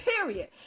period